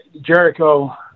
Jericho